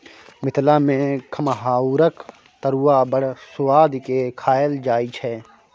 मिथिला मे खमहाउरक तरुआ बड़ सुआदि केँ खाएल जाइ छै